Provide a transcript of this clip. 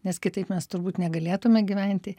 nes kitaip mes turbūt negalėtume gyventi